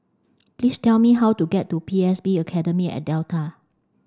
please tell me how to get to P S B Academy at Delta